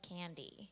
candy